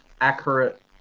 accurate